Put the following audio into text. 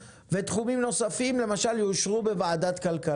תכתבו: "תחומים נוספים יאושרו בוועדת הכלכלה".